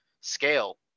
scale